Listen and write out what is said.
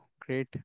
great